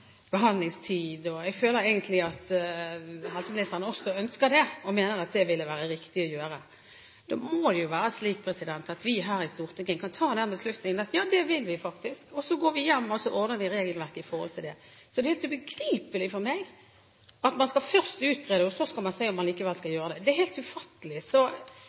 behandlingstid – jeg føler egentlig at helseministeren også ønsker det og mener at det ville være riktig å gjøre – da må det jo være slik at vi her i Stortinget kan ta den beslutningen og si: Ja, det vil vi faktisk, og så går vi hjem og ordner regelverket i forhold til det. Så det er helt ubegripelig for meg at man først skal utrede, og så skal man se om man likevel skal gjøre det. Det er helt ufattelig!